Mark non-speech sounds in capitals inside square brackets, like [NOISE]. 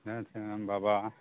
[UNINTELLIGIBLE] बाबा